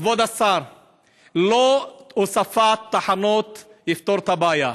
כבוד השר, הוספת תחנות לא תפתור את הבעיה.